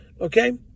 okay